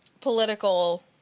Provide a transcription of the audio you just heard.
political